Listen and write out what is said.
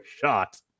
shot